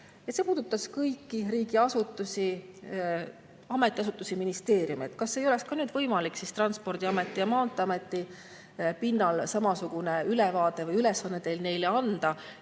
See puudutas kõiki riigiasutusi, ametiasutusi ja ministeeriume. Kas ei oleks ka nüüd võimalik Transpordiameti ja maanteeameti pinnal samasugune ülevaade või ülesanne teil neile anda